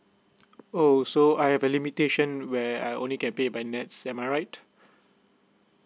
oh so I have a limitation where I only can pay by nets am I right